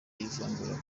y’ivangura